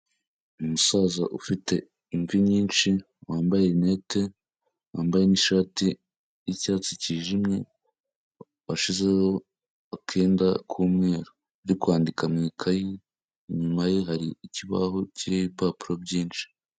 Umusaza ufite imvi nyinshi wambaye rinete, wambaye n'ishati y'icyatsi cyijimye, washyizeho akenda k'umweru, uri kwandika mu ikayi, inyuma ye hari ikibaho cyiriho ibipapuro byinshi.